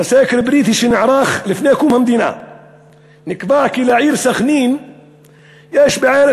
בסקר בריטי שנערך לפני קום המדינה נקבע כי לעיר סח'נין יש בערך